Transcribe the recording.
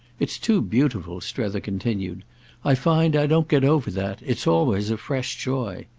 it's too beautiful, strether continued i find i don't get over that it's always a fresh joy.